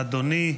אדוני,